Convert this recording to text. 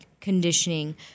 conditioning